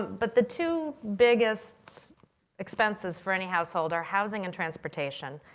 but the two biggest expenses for any household are housing and transportation.